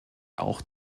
auch